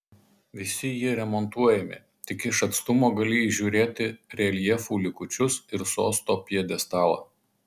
visi jie remontuojami tik iš atstumo gali įžiūrėti reljefų likučius ir sosto pjedestalą